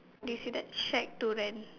do you see that shared to rent